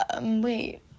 Wait